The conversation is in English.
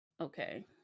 okay